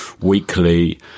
weekly